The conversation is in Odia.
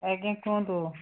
ଆଜ୍ଞା କୁହନ୍ତୁ